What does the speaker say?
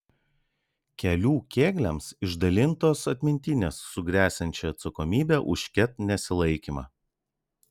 kelių kėgliams išdalintos atmintinės su gresiančia atsakomybe už ket nesilaikymą